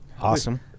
Awesome